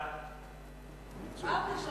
ההצעה להעביר את